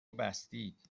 بستید